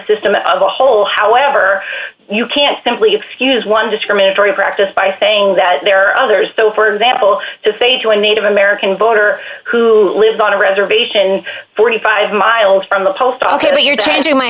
system of the whole however you can't simply excuse one discriminatory practice by saying that there are others so for example to say to a native american voter who lives on a reservation forty five miles from the post office that you're d